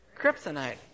Kryptonite